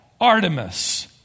Artemis